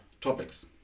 topics